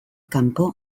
kanpo